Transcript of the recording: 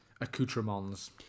accoutrements